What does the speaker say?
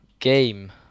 game